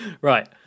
Right